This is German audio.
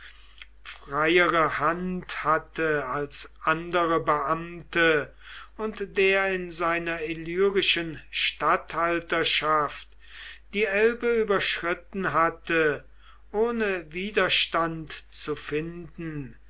freiere hand hatte als andere beamte und der in seiner illyrischen statthalterschaft die elbe überschritten hatte ohne widerstand zu finden